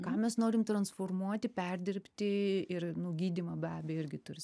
ką mes norim transformuoti perdirbti ir nu gydymą be abejo irgi turi